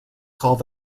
called